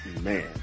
man